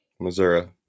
Missouri